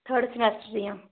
third semester ਦੀਆਂ